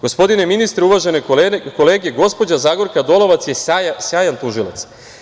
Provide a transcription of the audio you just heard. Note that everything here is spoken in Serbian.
Gospodine ministre, uvažene kolege, gospođa Zagorka Dolovac je sjajan tužilac.